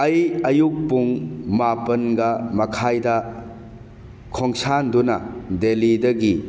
ꯑꯩ ꯑꯌꯨꯛ ꯄꯨꯡ ꯃꯥꯄꯜꯒ ꯃꯈꯥꯏꯗ ꯈꯣꯡꯁꯥꯟꯗꯨꯅ ꯗꯦꯜꯂꯤꯗꯒꯤ